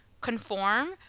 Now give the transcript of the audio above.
conform